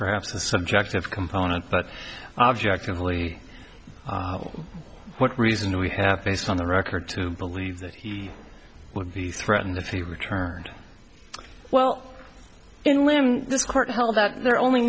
perhaps the subject of component but objectively what reason do we have based on the record to believe that he would be threatened if he returned well and when this court held that there only